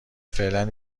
فعلا